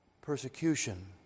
persecution